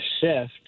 shift